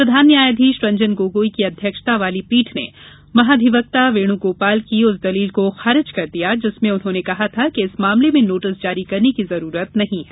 प्रधान न्योयाधीश रंजन गोगोई की अध्य क्षता वाली पीठ ने महाधिवक्ता वेणुगोपाल की उस दलील को खारिज कर दिया जिसमें उन्होंकने कहा था कि इस मामले में नोटिस जारी करने की जरूरत नहीं है